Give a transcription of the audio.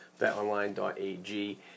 betonline.ag